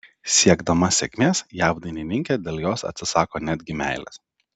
siekdama sėkmės jav dainininkė dėl jos atsisako netgi meilės